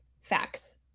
facts